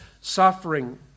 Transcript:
suffering